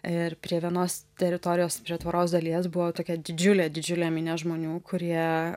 ir prie vienos teritorijos prie tvoros dalies buvo tokia didžiulė didžiulė minia žmonių kurie